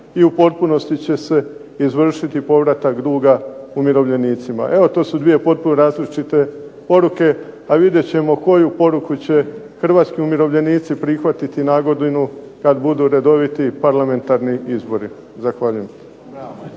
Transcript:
i u potpunosti će se izvršiti povratak duga umirovljenicima. Evo tu su dvije potpuno različite poruke, a vidjet ćemo koju poruku će hrvatski umirovljenici prihvatiti na godinu kad budu redoviti parlamentarni izbori. Zahvaljujem.